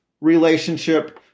relationship